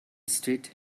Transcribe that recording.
street